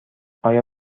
آیا